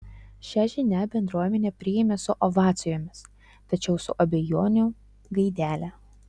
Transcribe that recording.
šia žinią bendruomenė priėmė su ovacijomis tačiau su abejonių gaidele